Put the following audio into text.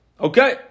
Okay